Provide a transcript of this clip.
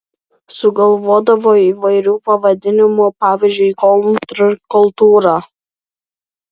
sugalvodavo įvairių pavadinimų pavyzdžiui kontrkultūra